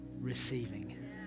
receiving